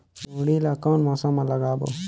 जोणी ला कोन मौसम मा लगाबो?